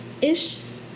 ish